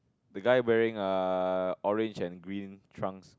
the guy wearing err orange and green trunks